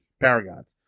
Paragons